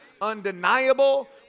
undeniable